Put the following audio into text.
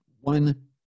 One